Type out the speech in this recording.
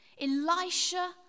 Elisha